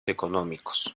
económicos